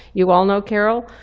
you all know carol.